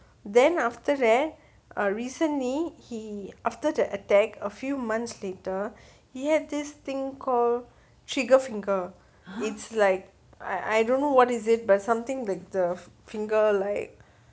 then after that uh recently he after the attack a few months later he had this thing called trigger finger it's like I I don't know what is it but something the the finger like